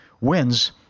wins